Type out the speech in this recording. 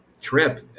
trip